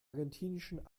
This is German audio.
argentinischen